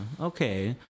Okay